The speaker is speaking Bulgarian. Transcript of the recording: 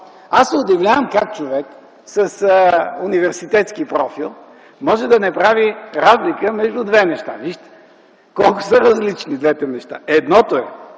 аз се удивлявам как човек с университетски профил може да не прави разлика между две неща, вижте колко са различни двете неща. Едното е: